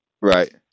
Right